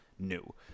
new